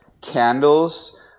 candles